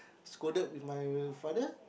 scolded with my father